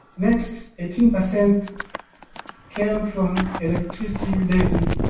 next, eighteen percent came from electricity levy